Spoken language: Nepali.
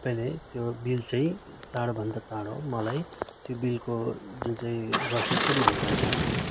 तपाईँले त्यो बिल चाहिँ चाँडोभन्दा चाँडो मलाई त्यो बिलको जुन चाहिँ रसिद छ मलाई पठाइदिनु होस्